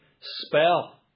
spell